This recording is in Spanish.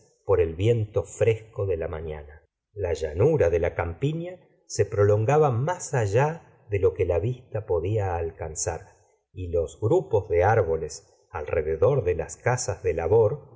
por el viento fresco de la mañana la llanura de la campiña se prolongaba más allá de lo que la vista podía alcanzar y los grupos de árboles alrededor de las casas de labor